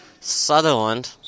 Sutherland